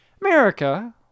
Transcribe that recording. America